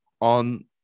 on